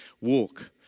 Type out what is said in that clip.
walk